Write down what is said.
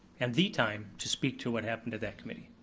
and the time, to speak to what happened to that committee.